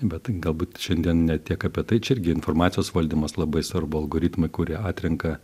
bet galbūt šiandien ne tiek apie tai čia irgi informacijos valdymas labai svarbu algoritmai kurie atrenka